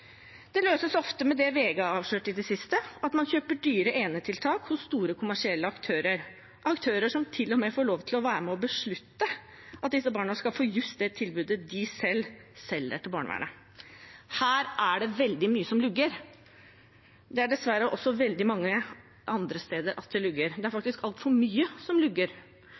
Det løses ofte med det VG har avslørt i det siste, at man kjøper dyre enetiltak hos store kommersielle aktører, aktører som til og med får lov til å være med og beslutte at disse barna skal få just det tilbudet de selv selger til barnevernet. Her er det veldig mye som lugger. Det er dessverre også veldig mange andre steder det lugger. Det er faktisk altfor mye som